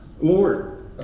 Lord